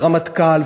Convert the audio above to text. ורמטכ"ל,